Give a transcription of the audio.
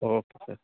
okay sir